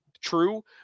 true